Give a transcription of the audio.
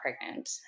pregnant